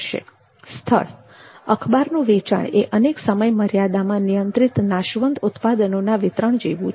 સ્થળ અખબારનુ વેચાણ એ અનેક સમયમર્યાદામાં નિયંત્રિત નાશવંત ઉત્પાદનોના વિતરણ જેવું છે